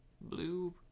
blue